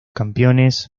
campeones